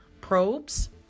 probes